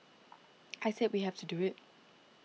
I said we have to do it